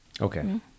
Okay